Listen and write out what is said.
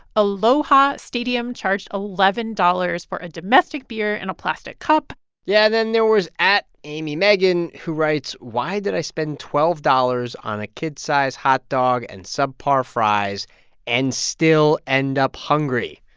aloha stadium charged eleven dollars for a domestic beer in a plastic cup yeah. then there was at at amymegan who writes, why did i spend twelve dollars on a kid's-sized hotdog and subpar fries and still end up hungry?